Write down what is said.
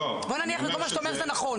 בוא נניח שכל מה שאתה אומר זה נכון,